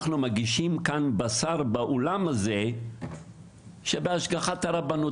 אנחנו מגישים בשר באולם הזה בהשגחת הרבנות",